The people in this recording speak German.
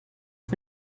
von